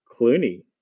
Clooney